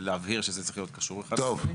להבהיר שזה צריך להיות קשור אחד לשני.